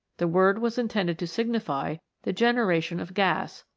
the word was intended to signify the generation of gas,